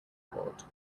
court